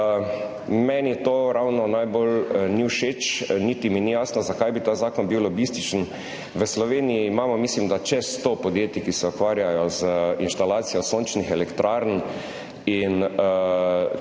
Meni to ravno ni najbolj všeč, niti mi ni jasno, zakaj bi ta zakon bil lobističen. V Sloveniji imamo, mislim, da čez 100 podjetij, ki se ukvarjajo z inštalacijo sončnih elektrarn, kot se seveda